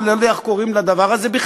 כל אני לא יודע איך קוראים לדבר הזה בכלל,